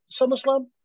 SummerSlam